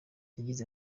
yagize